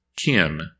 Kim